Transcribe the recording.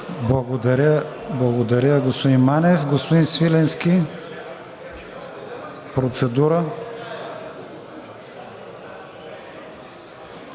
Благодаря, господин Манев. Господин Свиленски – процедура.